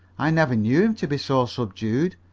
i never knew him to be so subdued,